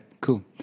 cool